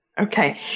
Okay